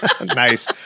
Nice